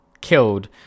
killed